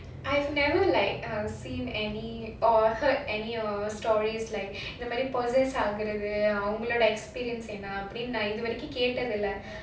I've never like ah seen any or heard any or stories like இந்த மாதிரி:indha maadhiri possess ஆகிறது அவங்க:agiradhu avanga experience என்னானு கேட்டது இல்ல:ennaanu ketadhu illa